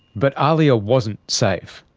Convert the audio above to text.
but ahlia wasn't safe.